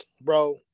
bro